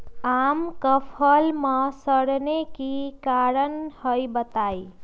आम क फल म सरने कि कारण हई बताई?